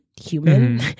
human